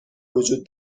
وجود